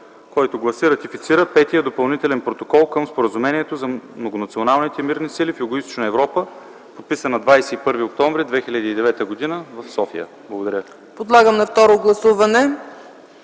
единствен. Ратифицира Петия допълнителен протокол към Споразумението за Многонационалните мирни сили в Югоизточна Европа, подписан на 21 октомври 2009 г. в София”. Благодаря.